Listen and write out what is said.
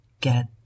get